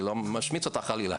אני לא משמיץ אותה חלילה,